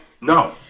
No